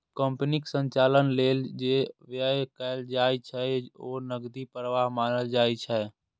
कंपनीक संचालन लेल जे व्यय कैल जाइ छै, ओ नकदी प्रवाह मानल जाइ छै